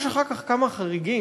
יש אחר כך כמה חריגים,